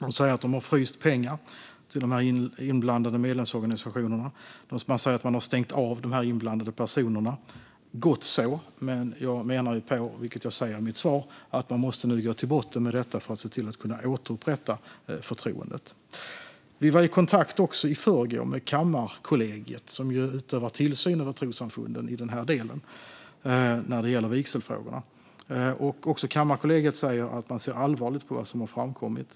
De säger att de har fryst pengar till de inblandade medlemsorganisationerna, och de säger att de har stängt av de inblandade personerna. Gott så, men jag menar också - vilket jag sa i mitt svar - att de nu måste gå till botten med detta för att kunna återupprätta förtroendet. I förrgår var vi även i kontakt med Kammarkollegiet, som ju utövar tillsyn över trossamfunden när det gäller vigselfrågorna. Också Kammarkollegiet säger att man ser allvarligt på det som har framkommit.